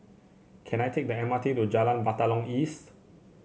can I take the M R T to Jalan Batalong East